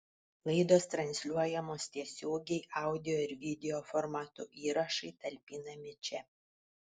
laidos transliuojamos tiesiogiai audio ir video formatu įrašai talpinami čia